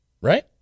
Right